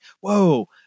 whoa